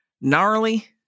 gnarly